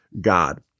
God